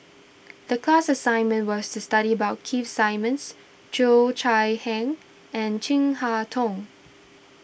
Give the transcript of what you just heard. the class assignment was to study about Keith Simmons Cheo Chai Hiang and Chin Harn Tong